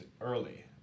early